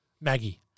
Maggie